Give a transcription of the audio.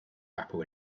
apple